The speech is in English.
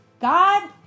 God